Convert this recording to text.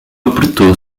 apertou